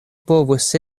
povus